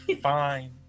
fine